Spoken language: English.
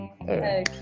Okay